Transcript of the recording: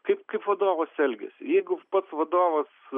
kaip vadovas elgiasi jeigu pats vadovas